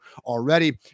already